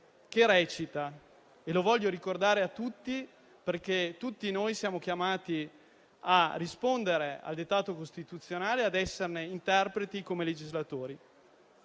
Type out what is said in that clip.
5, che voglio ricordare a tutti perché tutti noi siamo chiamati a rispondere al dettato costituzionale e ad esserne interpreti, come legislatori.